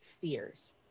fears